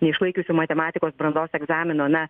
neišlaikiusių matematikos brandos egzamino na